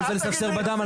איזה לספסר בדם?